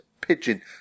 Pigeon